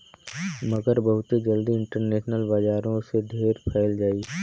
मगर बहुते जल्दी इन्टरनेट बजारो से ढेर फैल जाई